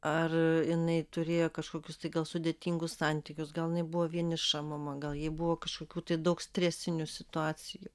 ar jinai turėjo kažkokius tai gal sudėtingus santykius gal jinai buvo vieniša mama gal jai buvo kažkokių tai daug stresinių situacijų